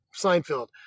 Seinfeld